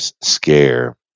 scare